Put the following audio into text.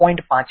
5 કરીશ